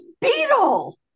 Beetle